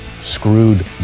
screwed